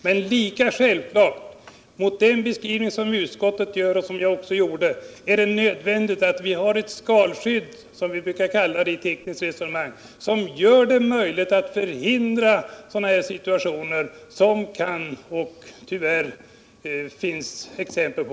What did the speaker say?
Men lika självklart — mot den beskrivning som utskottet gör och som jag också gjorde — är det nödvändigt att vi har ett skalskydd, som vi brukar kalla det i tekniska resonemang, som gör det möjligt att förhindra sådana situationer som kan förekomma och som det tyvärr finns exempel på.